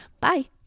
Bye